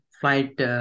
flight